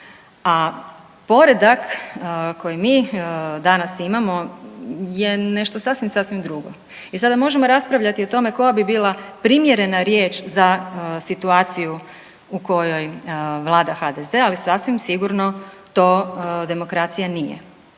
A poredak koji mi danas imamo je nešto sasvim sasvim drugo i sada možemo raspravljati o tome koja bi bila primjerena riječ za situaciju u kojoj vlada HDZ, ali sasvim sigurno to demokracija nije.